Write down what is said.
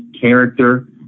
character